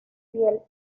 fiel